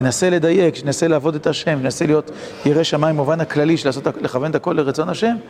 נסה לדייק, נסה לעבוד את השם, נסה להיות ירא שמים במובן הכללי, של לכוון את הכל לרצון השם